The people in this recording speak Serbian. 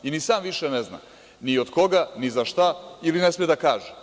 Ni sam više ne zna ni od koga, ni zašta ili ne sme da kaže.